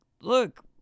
look